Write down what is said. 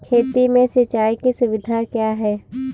खेती में सिंचाई की सुविधा क्या है?